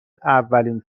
اولین